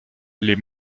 les